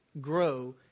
grow